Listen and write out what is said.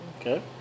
Okay